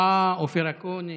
אה, אופיר אקוניס.